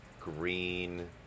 green